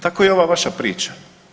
Tako i ova vaša priča.